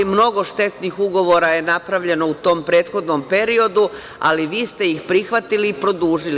Mnogo štetnih ugovora je napravljeno u tom prethodnom periodu, ali vi ste ih prihvatili i produžili.